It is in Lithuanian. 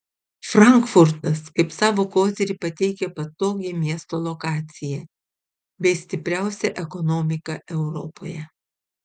frankfurtas kaip savo kozirį pateikia patogią miesto lokaciją bei stipriausią ekonomiką europoje